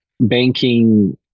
banking